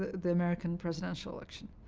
the american presidential election.